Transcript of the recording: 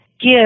give